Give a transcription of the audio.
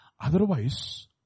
Otherwise